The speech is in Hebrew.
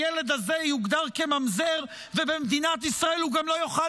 הילד הזה יוגדר כממזר ובמדינת ישראל הוא גם לא יוכל